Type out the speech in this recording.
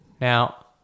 Now